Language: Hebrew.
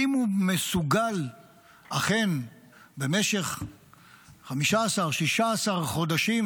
האם הוא מסוגל אכן במשך 16-15 חודשים